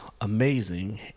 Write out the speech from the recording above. amazing